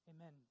Amen